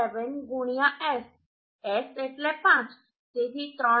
7 S S એટલે 5 તેથી 3